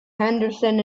henderson